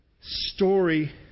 story